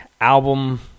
album